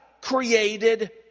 created